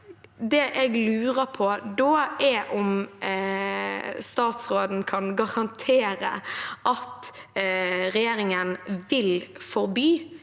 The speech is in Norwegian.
Det jeg lurer på da, er om statsråden kan garantere at regjeringen vil forby